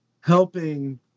helping